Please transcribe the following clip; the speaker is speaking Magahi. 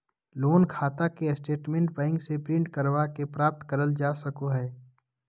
लोन खाता के स्टेटमेंट बैंक से प्रिंट करवा के प्राप्त करल जा सको हय